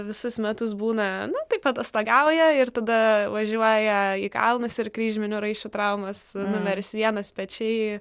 visus metus būna nu taip atostogauja ir tada važiuoja į kalnus ir kryžminių raiščių traumos numeris vienas pečiai